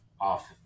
off